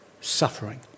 suffering